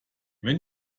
wenn